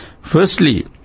Firstly